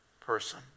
person